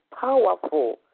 powerful